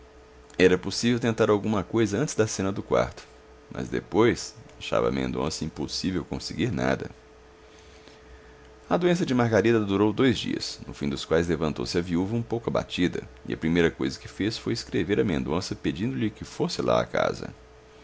era possível tentar alguma coisa antes da cena do quarto mas depois achava mendonça impossível conseguir nada a doença de margarida durou dois dias no fim dos quais levantou-se a viúva um pouco abatida e a primeira coisa que fez foi escrever a mendonça pedindo-lhe que fosse lá à casa